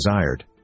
desired